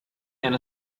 and